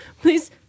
please